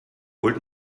holt